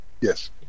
Yes